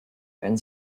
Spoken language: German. werden